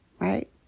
right